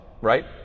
right